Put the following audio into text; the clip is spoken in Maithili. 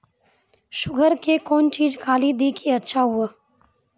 शुगर के कौन चीज खाली दी कि अच्छा हुए?